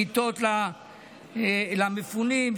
כיתות למפונים.